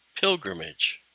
pilgrimage